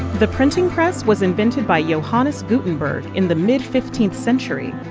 the printing press was invented by johannes gutenberg in the mid fifteenth century,